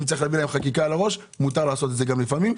אפשר להביא חקיקה, מותר לעשות את זה לפעמים.